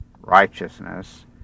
righteousness